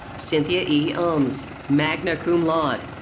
cynthia e. alms, magna cum laude.